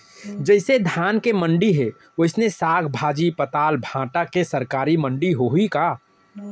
जइसे धान के मंडी हे, वइसने साग, भाजी, पताल, भाटा के सरकारी मंडी होही का?